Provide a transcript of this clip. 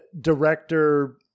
director